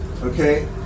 okay